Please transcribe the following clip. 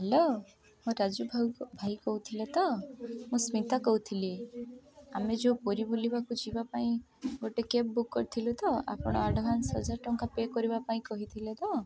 hello ମୁଁ ରାଜୁ ଭାଇ କହୁଥିଲେ ତ ମୁଁ ସ୍ମିତା କହୁଥିଲି ଆମେ ଯେଉଁ ପୁରୀ ବୁଲିବାକୁ ଯିବା ପାଇଁ ଗୋଟେ କ୍ୟାବ୍ ବୁକ୍ କରିଥିଲୁ ତ ଆପଣ ଆଡ଼ଭାନ୍ସ ହଜାର ଟଙ୍କା ପେ କରିବା ପାଇଁ କହିଥିଲେ ତ